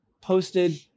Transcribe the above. posted